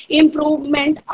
improvement